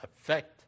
affect